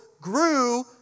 grew